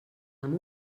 amb